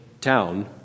town